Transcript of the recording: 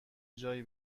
جایی